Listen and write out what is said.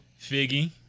Figgy